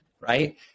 right